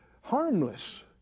harmless